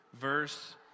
verse